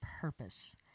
purpose